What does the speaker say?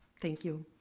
thank you.